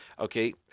okay